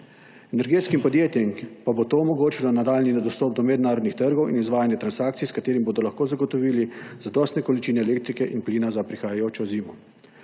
Energetskim podjetjem pa bo to omogočilo nadaljnji dostop do mednarodnih trgov in izvajanje transakcij, s katerim bodo lahko zagotovili zadostne količine elektrike in plina za prihajajočo zimo.